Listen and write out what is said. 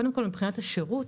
קודם כל, מבחינת השירות,